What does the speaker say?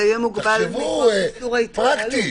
תחשבו פרקטית.